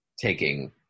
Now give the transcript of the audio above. taking